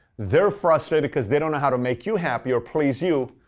they're frustrated because they don't know how to make you happy or please you.